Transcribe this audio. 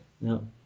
No